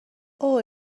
اوه